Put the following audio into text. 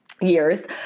years